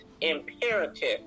imperative